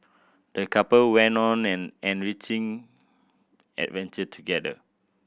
the couple went on an enriching adventure together